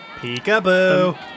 Peekaboo